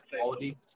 quality